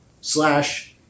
slash